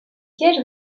sièges